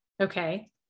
Okay